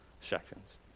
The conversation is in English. sections